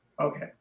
Okay